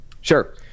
Sure